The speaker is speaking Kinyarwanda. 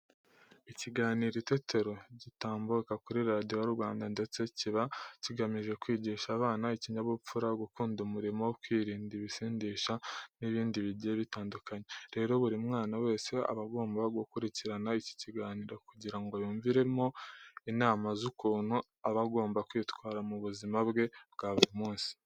Ikiganiro Itetero gitambuka kuri Radiyo Rwanda ndetse kiba kigamije kwigisha abana ikinyabupfura, gukunda umurimo, kwirinda ibisindisha n'ibindi bigiye bitandukanye. Rero, buri mwana wese aba agomba gukurikirana iki kiganiro kugira ngo yumviremo inama z'ukuntu aba agomba kwitwara mu buzima bwe bwa buri munsi.